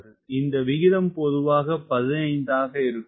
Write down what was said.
இந்த விகிதம் பொதுவாக 15 ஆக இருக்கும்